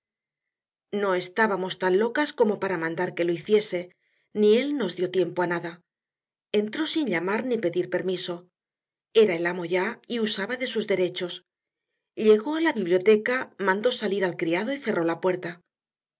no estábamos tan locas como para mandar que lo hiciese ni él nos dio tiempo a nada entró sin llamar ni pedir permiso era el amo ya y usaba de sus derechos llegó a la biblioteca mandó salir al criado y cerró la puerta